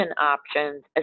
options